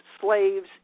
slaves